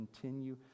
continue